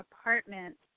apartment